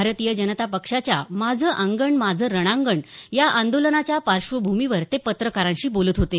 भारतीय जनता पक्षाच्या माझं अंगण माझं रणांगण या आंदोलनाच्या पार्श्वभूमीवर ते पत्रकारांशी बोलत होते